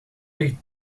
ligt